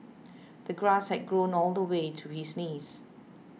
the grass had grown all the way to his knees